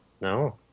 No